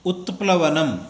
उत्प्लवनम्